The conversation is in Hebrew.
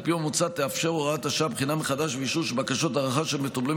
על פי המוצע תאפשר הוראת השעה בחינה מחדש ואישוש בקשות הארכה של מטופלים